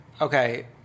okay